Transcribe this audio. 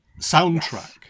soundtrack